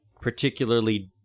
particularly